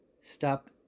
stop